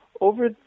over